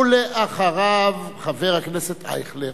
ואחריו, חבר הכנסת אייכלר.